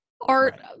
art